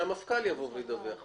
שהמפכ"ל ידווח על